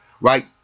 right